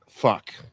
fuck